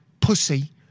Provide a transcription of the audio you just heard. pussy